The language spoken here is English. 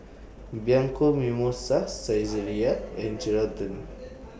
Bianco Mimosa Saizeriya and Geraldton